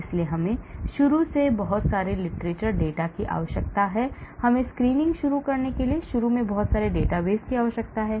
इसलिए हमें शुरू में बहुत सारे literature data की आवश्यकता है हमें स्क्रीनिंग शुरू करने के लिए शुरू में बहुत सारे डेटाबेस की आवश्यकता है